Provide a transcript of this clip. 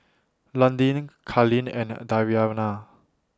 Londyn Carlene and Dariana